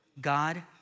God